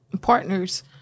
partners